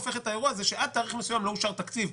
זה שעד תאריך מסוים לא אושר תקציב,